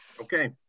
Okay